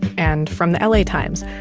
and from the la times.